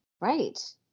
right